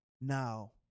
now